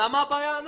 למה אנחנו הבעיה?